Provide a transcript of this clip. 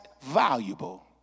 valuable